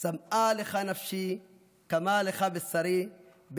"צמאה לך נפשי כמה לך בשרי,